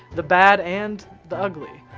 the bad and the ugly.